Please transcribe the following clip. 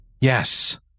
Yes